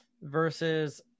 versus